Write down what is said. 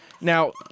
Now